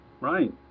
Right